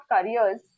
careers